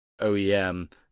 OEM